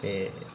ते